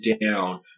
down